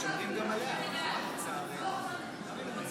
תדרכו נגד אויבינו, לא נגד